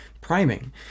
priming